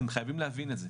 אתם חייבים להבין את זה.